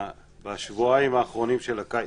בשבועיים האחרונים של הקיץ